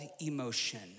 emotion